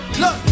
look